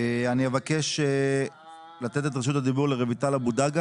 אני אבקש לתת את רשות הדיבור לרויטל אבו דגה